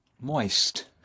moist